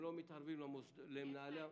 הם לא מתערבים למנהלי המוסדות.